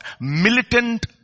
militant